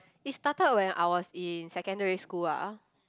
it started when I was in secondary school ah